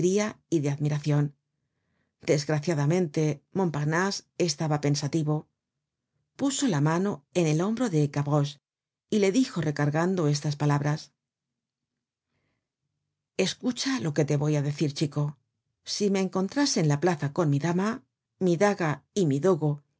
y de admiracion desgraciadamente montparnase estaba pensativo puso la mano en el hombro de gavroche y le dijo recargando estas palabras escucha lo que te voy á decir chico si me encontrase en la plaza con mi dama mi daga y mi dogo